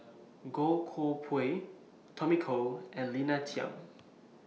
Goh Koh Pui Tommy Koh and Lina Chiam